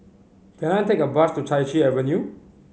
can I take a bus to Chai Chee Avenue